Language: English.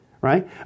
right